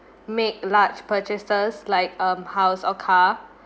make large purchases like um house or car